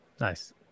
Nice